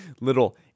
Little